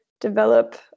develop